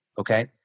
Okay